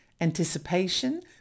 anticipation